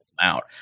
out